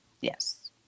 Yes